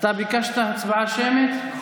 אנחנו עוברים להצבעה על הסתייגות מס' 3. נא